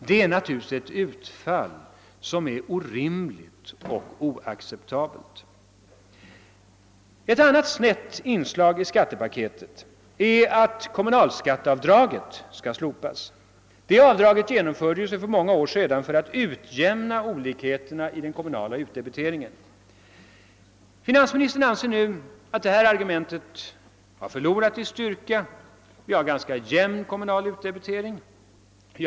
Det är naturligtvis ett utfall som är orimligt och oacceptabelt. Ett annat snett inslag i skattepaketet är att kommunalskatteavdraget skall slopas. Detta avdrag infördes för många år sedan för att utjämna olikheterna i den kommunala utdebiteringen. Finansministern anser nu att detta argument har förlorat i styrka, eftersom vi har en ganska jämn kommunal utdebitering.